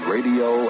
Radio